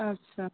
अछा